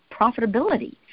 profitability